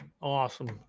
Awesome